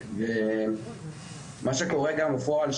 מה שקורה בפועל,